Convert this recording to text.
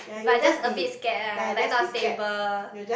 but just a bit scared ah like not stable